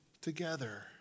together